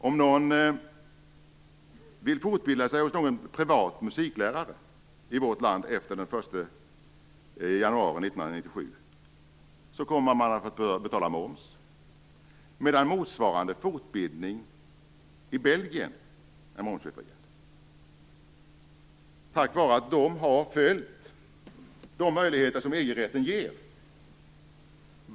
Om någon vill fortbilda sig hos en privat musiklärare i vårt land efter den 1 januari 1997 kommer man att få betala moms medan motsvarande fortbildning i Belgien är momsbefriad. De har utnyttjat de möjligheter som EG-rätten ger.